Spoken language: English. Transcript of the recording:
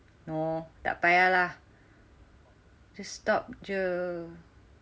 no tak payah lah just stop jer